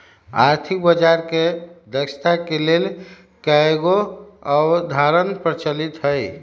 आर्थिक बजार के दक्षता के लेल कयगो अवधारणा प्रचलित हइ